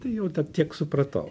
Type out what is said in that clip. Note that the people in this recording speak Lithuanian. jau tiek supratau